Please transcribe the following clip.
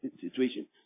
situation